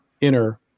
inner